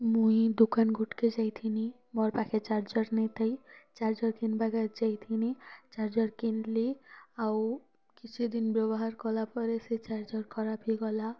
ମୁଇଁ ଦୁକାନ୍ ଗୋଟ୍କେ ଯାଇଥିନି ମୋର୍ ପାଖେ ଚାର୍ଜର୍ ନାଇଁ ଥାଇ ଚାର୍ଜର୍ ଘିନବାକେ ଯାଇଥିନି ଚାର୍ଜର୍ କିନ୍ଲି ଆଉ କିଛିଦିନ୍ ବ୍ୟବହାର୍ କଲାପରେ ସେଇ ଚାର୍ଜର୍ ଖରାପ ହେଇଗଲା